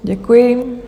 Děkuji.